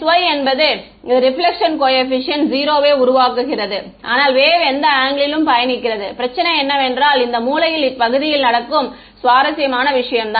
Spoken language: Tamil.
sy என்பது இது ரெபிளெக்க்ஷன் கோஏபிசியன்ட் 0 ஐ உருவாக்குகிறது ஆனால் வேவ் எந்த ஆங்கிளிலும் பயணிக்கிறது பிரச்சனை என்னவென்றால் இந்த மூலையில் இப்பகுதியில் நடக்கும் சுவாரஸ்யமான விஷயம் தான்